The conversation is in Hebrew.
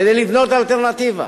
כדי לבנות אלטרנטיבה.